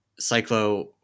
cyclo